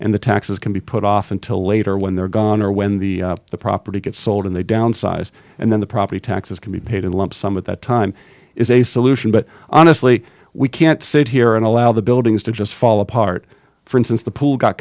and the taxes can be put off until later when they're gone or when the the property gets sold and they downsize and then the property taxes can be paid in a lump sum at that time is a solution but honestly we can't sit here and allow the buildings to just fall apart for instance the pool got